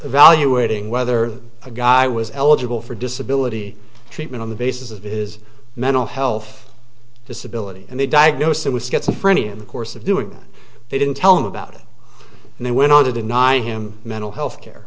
evaluating whether a guy was eligible for disability treatment on the basis of his mental health disability and they diagnosed him with schizophrenia in the course of doing it they didn't tell him about it and they went on to deny him mental health care